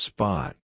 Spot